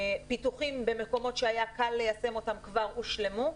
פיתוחים במקומות שהיה קל ליישם אותם כבר הושלמו,